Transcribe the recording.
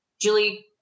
Julie